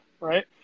Right